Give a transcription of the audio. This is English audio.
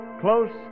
Close